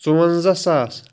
ژُوَنٛزاہ ساس